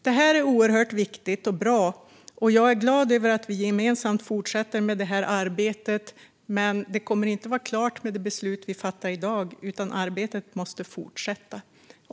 Det här är oerhört viktigt och bra, och jag är glad över att vi gemensamt fortsätter det här arbetet. Men det kommer inte att vara klart med det beslut som vi fattar i dag, utan arbetet måste fortsätta.